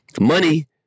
Money